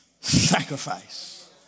sacrifice